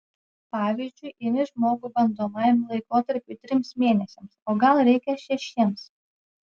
pavyzdžiui imi žmogų bandomajam laikotarpiui trims mėnesiams o gal reikia šešiems